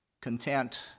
content